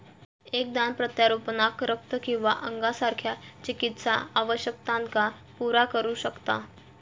एक दान प्रत्यारोपणाक रक्त किंवा अंगासारख्या चिकित्सा आवश्यकतांका पुरा करू शकता